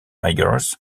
tigers